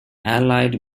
allied